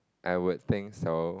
I would think so